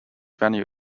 venue